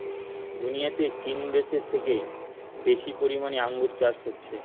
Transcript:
দুনিয়াতে চীন দেশে থেকে বেশি পরিমাণে আঙ্গুর চাষ হচ্ছে